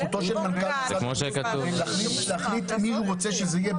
זכותו שן מנכ"ל משרד הבריאות להחליט מי הוא רוצה שזה יהיה,